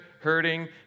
hurting